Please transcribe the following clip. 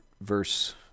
verse